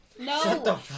No